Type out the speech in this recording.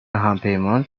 همپیمان